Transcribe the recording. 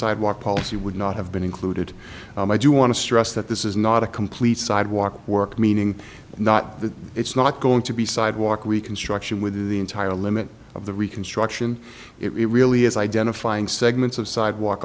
sidewalk policy would not have been included i do want to stress that this is not a complete sidewalk work meaning not that it's not going to be sidewalk reconstruction with the entire limit of the reconstruction it really is identifying segments of sidewalk